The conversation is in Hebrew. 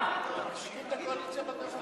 כי אתם מחזיקים את הקואליציה בגרון.